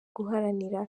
guharanira